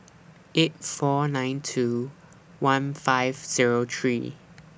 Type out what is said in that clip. eight four nine two one five Zero three